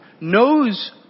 knows